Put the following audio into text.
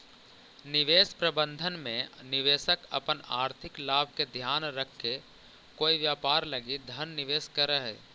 निवेश प्रबंधन में निवेशक अपन आर्थिक लाभ के ध्यान रखके कोई व्यापार लगी धन निवेश करऽ हइ